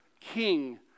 king